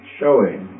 showing